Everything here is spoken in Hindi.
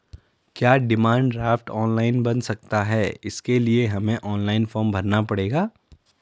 क्या डिमांड ड्राफ्ट ऑनलाइन बन सकता है इसके लिए हमें ऑनलाइन फॉर्म भरना पड़ेगा?